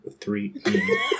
three